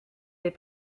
des